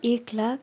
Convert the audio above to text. एक लाख